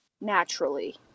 naturally